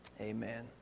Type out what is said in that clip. amen